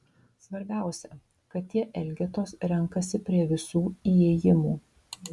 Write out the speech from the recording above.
svarbiausia kad tie elgetos renkasi prie visų įėjimų